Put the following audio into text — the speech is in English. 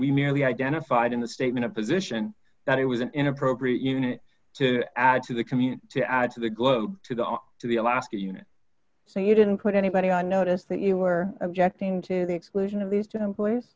we merely identified in the statement a position that it was an inappropriate unit to add to the community to add to the globe to go to the alaska unit so you didn't put anybody on notice that you were objecting to the exclusion of these